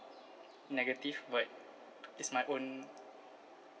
negative but it's my own